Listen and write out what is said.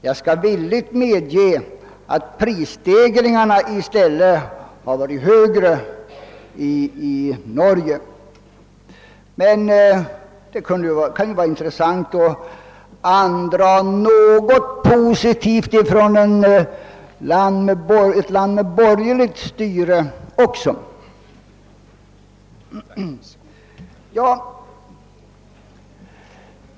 Jag skall villigt medge att prisstegringarna i stället har varit högre i Norge. Det kan emellertid vara intressant att även andra något positivt från ett land med borgerligt styre.